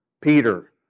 Peter